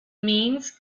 means